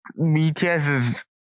bts